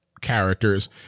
characters